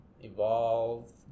evolve